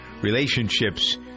relationships